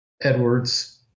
Edward's